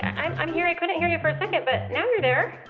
and i'm here. i couldn't hear you for a second, but now your there.